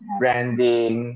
branding